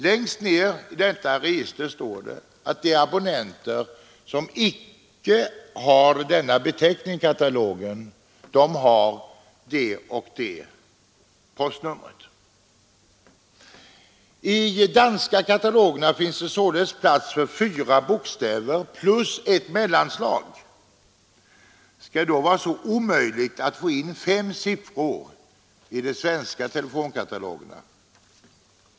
Längst ned i detta register står det att de abonnenter som icke har denna beteckning i katalogen har det och det postnummret. I de danska katalogerna finns det således plats för fyra bokstäver och ett mellanslag. Skall det då vara så omöjligt att få in fem siffror i de svenska telefonkatalogerna?